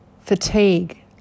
fatigue